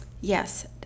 yes